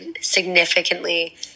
significantly